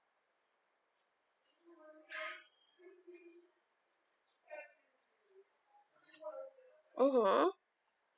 mmhmm